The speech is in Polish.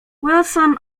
wilson